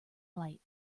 light